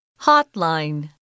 hotline